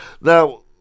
Now